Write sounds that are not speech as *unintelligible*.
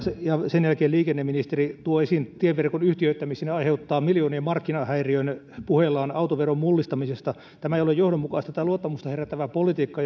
sen jälkeen liikenneministeri tuo esiin tieverkon yhtiöittämisen ja aiheuttaa miljoonien markkinahäiriön puheillaan autoveron mullistamisesta tämä ei ole johdonmukaista tai luottamusta herättävää politiikkaa *unintelligible*